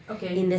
okay